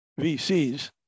VCs